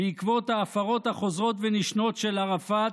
בעקבות ההפרות החוזרות ונשנות של ערפאת,